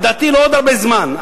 לדעתי לא עוד הרבה זמן,